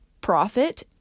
profit